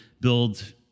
build